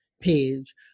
page